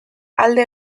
alde